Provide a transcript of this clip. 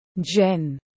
Jen